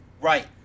Right